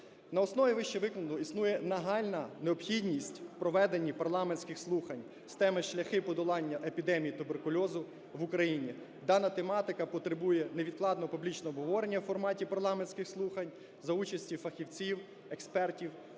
На основі вищевикладеного існує нагальна необхідність у проведенні парламентських слухань з теми: "Шляхи подолання епідемії туберкульозу в Україні". Дана тематика потребує невідкладного публічного обговорення у форматі парламентських слухань за участі фахівців, експертів,